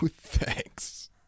thanks